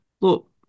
look